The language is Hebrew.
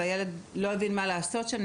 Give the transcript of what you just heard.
הילד לא הבין מה לעשות שם,